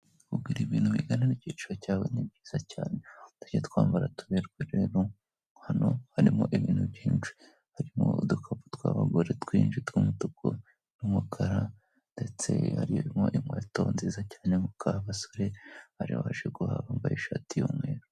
Kubwira ibintu bingana n'iyiciro cyabo ni byiza cyane ,tujya twambara tuberwa rero hano harimo ibintu byinshi harimo udukapu tw'abagore ,twinshi tw'umutuku n'umukara ndetse harimo inkweto nziza cyane ,nk'uko abasore baribaje guha bambaye ishati y'umweru.